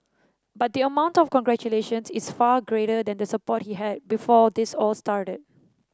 but the amount of congratulations is far greater than the support he had before this all started